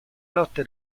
lotte